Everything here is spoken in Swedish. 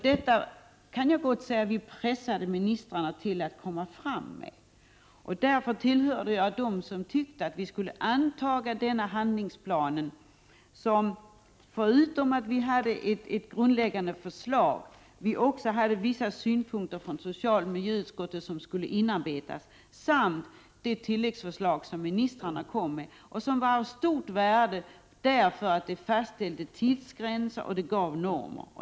Jag kan gott säga att vi pressade ministrarna att ta ställning. Jag tillhörde dem som tyckte att vi skulle anta handlingsplanen. Förutom att vi hade ett grundläggande förslag fanns det också från socialoch miljöutskottet vissa synpunkter, som skulle inarbetas. Dessutom fanns det ett tilläggsförslag från ministrarnas sida, ett förslag som var av stort värde därför att det fastställde tidsgränser och gav normer.